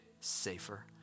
safer